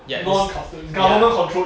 ya is ya